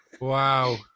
Wow